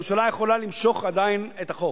הממשלה עדיין יכולה למשוך את החוק